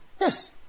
Yes